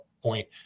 Point